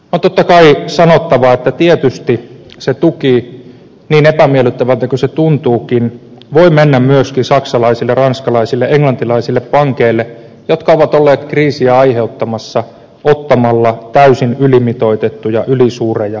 on totta kai sanottava että tietysti se tuki niin epämiellyttävältä kuin se tuntuukin voi mennä myöskin saksalaisille ranskalaisille englantilaisille pankeille jotka ovat olleet kriisiä aiheuttamassa ottamalla täysin ylimitoitettuja ylisuuria riskejä